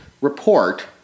report